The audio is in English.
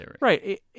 right